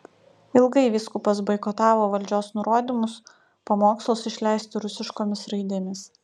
ilgai vyskupas boikotavo valdžios nurodymus pamokslus išleisti rusiškomis raidėmis